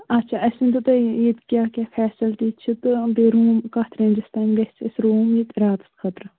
اَچھا اَسہِ ؤنۍتو تُہۍ ییٚتہِ کیٛاہ کیٛاہ فیسَلٹی چھِ تہٕ بیٚیہِ روٗم کَتھ رینٛجَس تانۍ گژھِ اَسہِ روٗم ییٚتہِ راتَس خٲطرٕ